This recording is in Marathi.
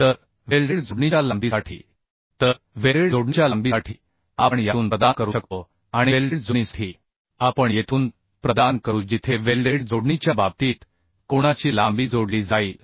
तर वेल्डेड जोडणीच्या लांबीसाठी आपण यातून प्रदान करू शकतो आणि वेल्डेड जोडणीसाठी आपण येथून प्रदान करू जिथे वेल्डेड जोडणीच्या बाबतीत कोणाची लांबी जोडली जाईल